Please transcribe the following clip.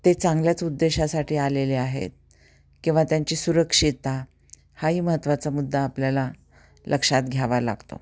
ते चांगल्याच उद्देशासाठी आलेले आहेत किंवा त्यांची सुरक्षिता हाही महत्त्वाचा मुद्दा आपल्याला लक्षात घ्यावा लागतो